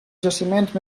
jaciments